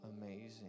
amazing